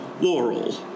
Laurel